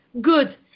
good